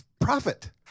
profit